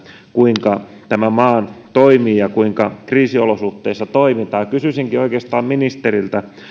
kuinka tämä maa toimii ja kuinka kriisiolosuhteissa toimitaan kysyisinkin oikeastaan ministeriltä